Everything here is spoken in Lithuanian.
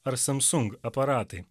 ar samsung aparatai